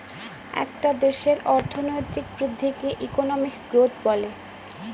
একটা দেশের অর্থনৈতিক বৃদ্ধিকে ইকোনমিক গ্রোথ বলে